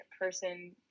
person